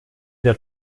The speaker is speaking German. der